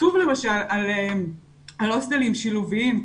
כתוב למשל על הוסטלים שילוביים,